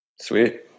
sweet